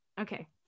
Okay